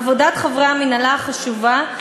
עבודת חברי המינהלה היא חשובה,